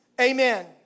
Amen